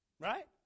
Right